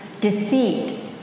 deceit